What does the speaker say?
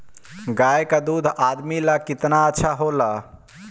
गाय का दूध आदमी ला कितना अच्छा होला?